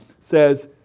says